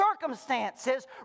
circumstances